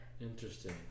Interesting